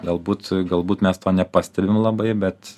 galbūt galbūt mes to nepastebim labai bet